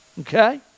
Okay